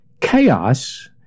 chaos